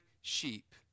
sheep